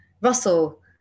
Russell